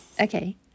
Okay